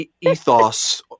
ethos